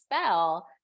spell